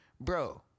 bro